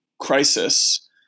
crisis